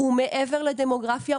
הוא מעבר לדמוגרפיה,